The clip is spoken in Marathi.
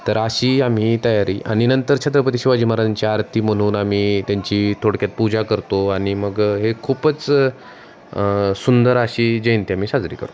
तर अशी आम्ही तयारी आणि नंतर छत्रपती शिवाजी महाराजांची आरती म्हणून आम्ही त्यांची थोडक्यात पूजा करतो आणि मग हे खूपच सुंदर अशी जयंती आम्ही साजरी करतो